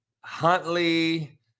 Huntley